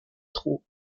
trop